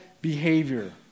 behavior